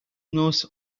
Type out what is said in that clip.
knows